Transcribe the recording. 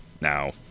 now